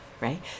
right